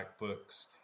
books